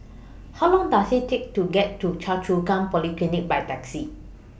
How Long Does IT Take to get to Choa Chu Kang Polyclinic By Taxi